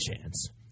chance